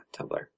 Tumblr